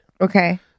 okay